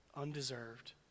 undeserved